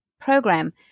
program